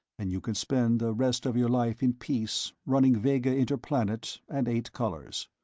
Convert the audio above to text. and you can spend the rest of your life in peace, running vega interplanet and eight colors.